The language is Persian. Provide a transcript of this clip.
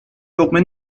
لقمه